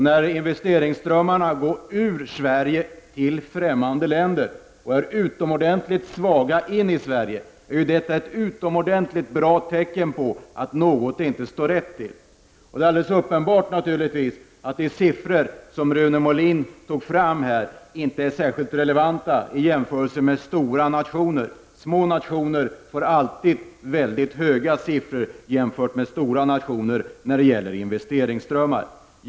När investeringsströmmarna går ur Sverige till fftämmande länder och är utomordentligt svaga inne i Sverige, då är det ett illavarslande tecken om att allt inte står rätt till. De siffror som Rune Molin redovisade är helt uppenbart inte relevanta. Små nationer får alltid mycket höga siffror jämfört med stora i fråga om investeringsströmmar.